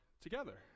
together